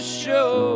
show